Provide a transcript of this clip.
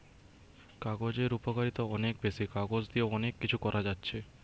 কাগজের উপকারিতা অনেক বেশি, কাগজ দিয়ে অনেক কিছু করা যাচ্ছে